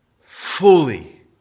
fully